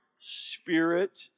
spirit